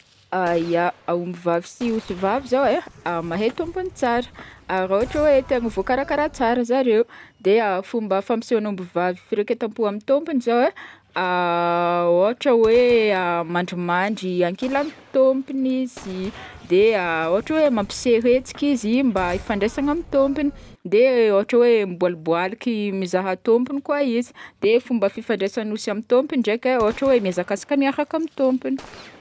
Ah ya, ombivavy sy osivavy zao e, mahay tômpony tsara, raha ohatra koa hoe voakarakara tsara zareo, de fomba fampisehoan'ny ombivavy firaketam-po amy tômpony zao e ôhatra hoe mandrimandry ankilan'ny tômpony izy, de ôhatra hoe mampiseho hetsika izy mba hifandraisana amy tômpony, de ôhatra hoe miboaliboaliky mizaha tômpony koa izy, fomba fifandraisan'ny osy amy tômpony ndraiky e, ôhatra hoe mihazakazaka miaraka amy tômpony.